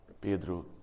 Pedro